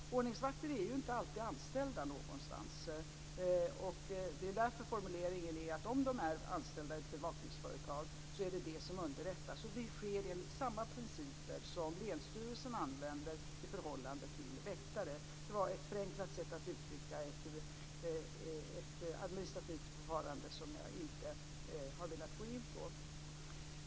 Ordningsvakter är inte alltid anställda någonstans. Det är därför formuleringen är att det är bevakningsföretaget som underrättas om de är anställda i ett bevakningsföretag. Det sker enligt samma principer som länsstyrelsen använder i förhållande till väktare. Det var ett förenklat sätt att uttrycka ett administrativt förfarande som jag inte har velat gå in på.